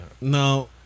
No